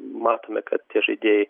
matome kad tie žaidėjai